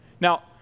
Now